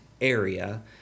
area